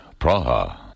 Praha